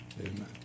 amen